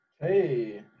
hey